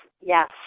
yes